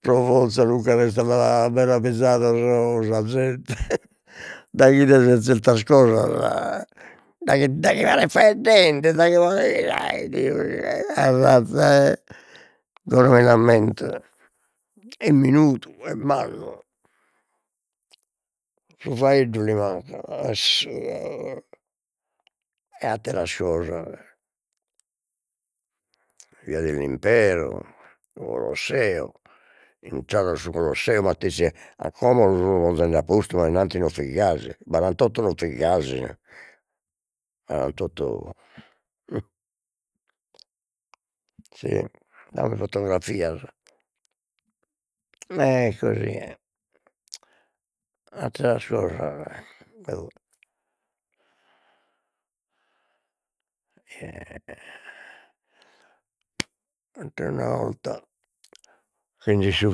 Pro forza meravizados sa zente daghi 'ides zertas cosas daghi daghi paret faeddende daghi a razza 'e ammento e minudu e su faeddu li mancat essu ca e atteras cosas, via dell'Impero, su Colosseo, intrados a su Colosseo matessi, e a como lu sun ponzende a postu, ma innanti non fit gasi barantotto non fit gasi e, barantotto fotografias, e così è atteras cosas. Bo' atter'una 'olta 'enzeit su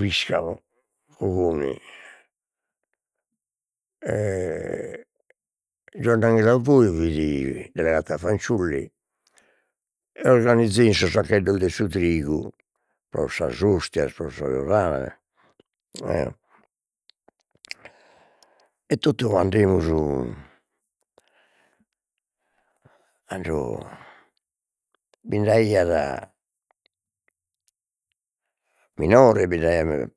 piscamu Cogoni e fit delegata fanciulli, organizein sos saccheddos de su trigu pro sas ostias pro sas pane e totu andemus tando bind'aiat minores bind'aiat